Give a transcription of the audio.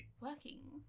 Working